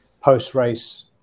post-race